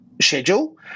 schedule